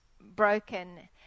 broken